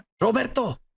Roberto